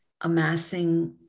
amassing